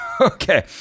Okay